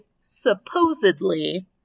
supposedly